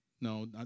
No